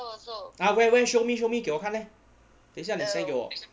!huh! where where show me show me 给我看 leh 等下你 send 给我